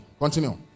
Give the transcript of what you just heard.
Continue